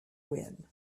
win